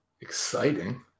exciting